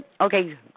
Okay